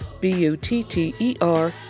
B-U-T-T-E-R